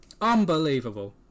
Unbelievable